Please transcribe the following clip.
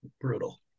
Brutal